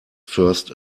first